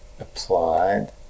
applied